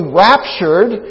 raptured